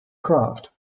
craft